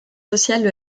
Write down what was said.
sociales